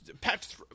patch